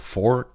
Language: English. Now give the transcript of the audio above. Four